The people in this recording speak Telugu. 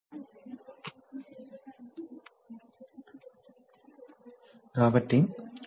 ముఖ్యపదాలు pressure fluid valves pilot pressure load check valve flow control valve control